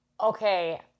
Okay